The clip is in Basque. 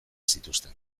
zituzten